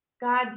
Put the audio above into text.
God